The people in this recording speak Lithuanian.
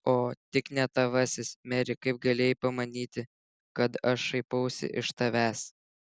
o tik ne tavasis meri kaip galėjai pamanyti kad aš šaipausi iš tavęs